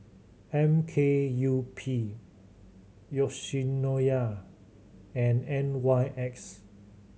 M K U P Yoshinoya and N Y X